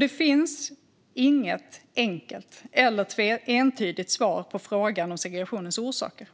Det finns inget enkelt eller entydigt svar på frågan om segregationens orsaker.